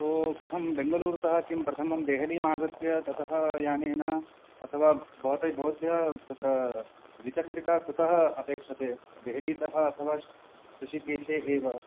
तो कथं बेङ्गलूरुतः किं प्रथमं देहलीम् आगत्य ततः यानेन अथवा भवत्यै भवत्याः तत्र द्विचक्रिका कुतः अपेक्षते देहलीतः अथवा हृशिकेशे एव